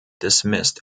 dismissed